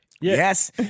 Yes